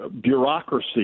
bureaucracy